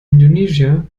indonesia